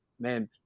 man